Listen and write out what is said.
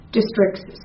districts